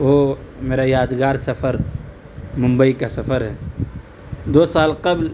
وہ میرا یادگار سفر ممبئی کا سفر ہے دو سال قبل